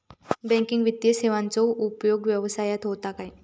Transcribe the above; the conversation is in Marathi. बँकिंग वित्तीय सेवाचो उपयोग व्यवसायात होता काय?